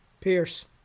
Pierce